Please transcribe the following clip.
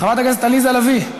חברת הכנסת עליזה לביא,